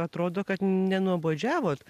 atrodo kad nenuobodžiavot